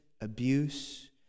abuse